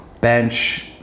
bench